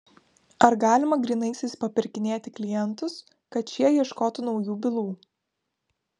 ar galima grynaisiais papirkinėti klientus kad šie ieškotų naujų bylų